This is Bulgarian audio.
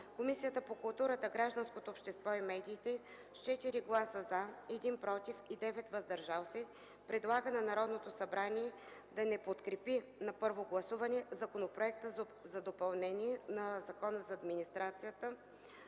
Комисията по културата, гражданското общество и медиите с 4 гласа „за”, 1 – „против”, и 9 – „въздържали се”, предлага на Народното събрание да не подкрепи на първо гласуване Законопроект за допълнение на Закона за администрацията